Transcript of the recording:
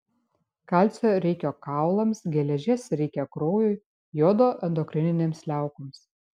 kalcio reikia kaulams geležies reikia kraujui jodo endokrininėms liaukoms